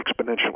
exponentially